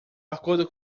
acordo